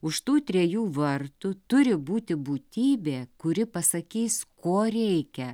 už tų trejų vartų turi būti būtybė kuri pasakys ko reikia